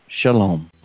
shalom